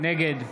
נגד